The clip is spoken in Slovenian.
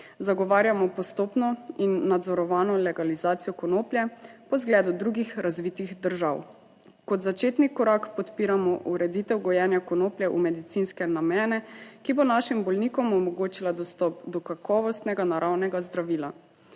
Zagovarjamo postopno in nadzorovano legalizacijo konoplje po zgledu drugih razvitih držav. Kot začetni korak podpiramo ureditev gojenja konoplje v medicinske namene, ki bo našim bolnikom omogočila dostop do kakovostnega, naravnega zdravila.